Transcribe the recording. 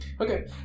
Okay